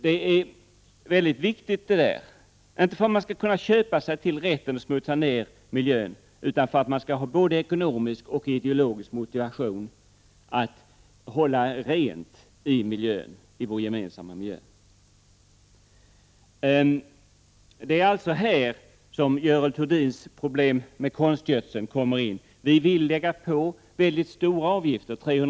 Det är väldigt viktigt, inte för att man skall kunna köpa sig rätten att smutsa ned miljön, utan för att man skall ha både ekonomisk och ideologisk motivation att hålla rent i vår gemensamma miljö. Det är alltså här som Görel Thurdins problem med konstgödsel kommer in. Vi vill öka avgifterna med 300 96.